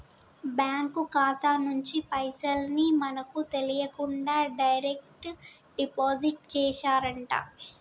bank ఖాతా నుంచి పైసల్ ని మనకు తెలియకుండా డైరెక్ట్ డెబిట్ చేశారట